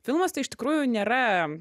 filmas tai iš tikrųjų nėra